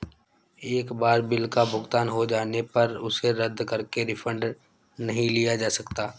एक बार बिल का भुगतान हो जाने पर उसे रद्द करके रिफंड नहीं लिया जा सकता